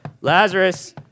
Lazarus